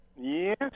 Yes